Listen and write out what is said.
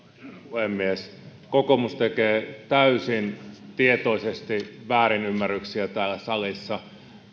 puhemies kokoomus tekee täysin tietoisesti väärinymmärryksiä täällä salissa